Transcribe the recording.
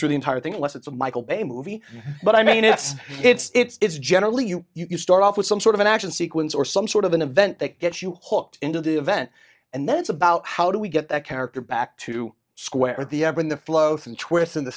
through the entire thing unless it's a michael bay movie but i mean if it's generally you you can start off with some sort of an action sequence or some sort of an event that gets you hooked into the event and then it's about how do we get that character back to square at the end when the flow through twists in the